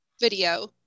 video